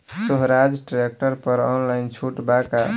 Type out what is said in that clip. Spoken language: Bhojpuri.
सोहराज ट्रैक्टर पर ऑनलाइन छूट बा का?